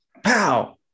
Pow